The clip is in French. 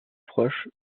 proche